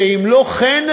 שאם לא כן,